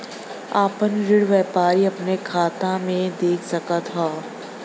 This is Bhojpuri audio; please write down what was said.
आपन ऋण व्यापारी अपने खाते मे देख सकत हौ